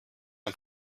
ein